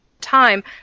time